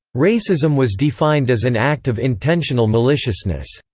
racism was defined as an act of intentional maliciousness.